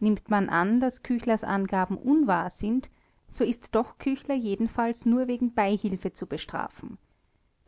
nimmt man an daß küchlers angaben unwahr sind so ist doch küchler jedenfalls nur wegen beihilfe zu bestrafen